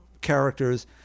characters